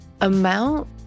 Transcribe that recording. amount